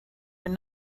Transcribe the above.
were